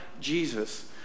Jesus